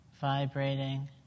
vibrating